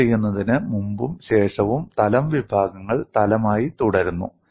ലോഡുചെയ്യുന്നതിന് മുമ്പും ശേഷവും തലം വിഭാഗങ്ങൾ തലമായി തുടരുന്നു